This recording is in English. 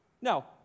Now